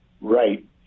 right